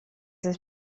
his